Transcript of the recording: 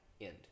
...end